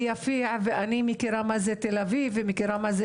אני גרה ביפיע ואני מכירה מה זה תל אביב ומכירה מה זה